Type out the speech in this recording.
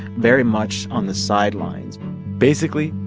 very much on the sidelines basically,